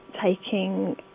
taking